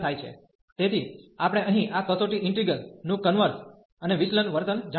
તેથી આપણે અહીં આ કસોટી ઇન્ટિગલ નું કન્વર્ઝન અને વિચલન વર્તન જાણીએ છીએ